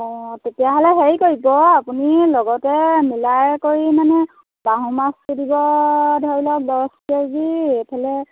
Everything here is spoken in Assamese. অঁ তেতিয়াহ'লে হেৰি কৰিব আপুনি লগতে মিলাই কৰি মানে বাহুমাছটো দিব ধৰি লওক দহ কে জি এইফালে